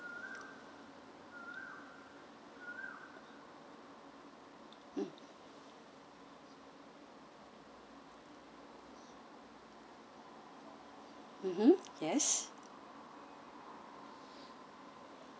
mmhmm yes